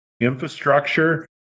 infrastructure